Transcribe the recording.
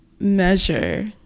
measure